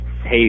hey